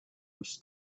was